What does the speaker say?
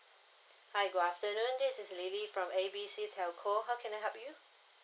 hi good afternoon this is lily from A B C telco how can I help you